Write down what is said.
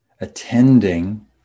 attending